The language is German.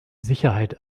sicherheit